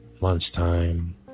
lunchtime